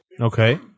Okay